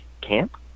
camp